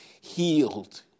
healed